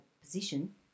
position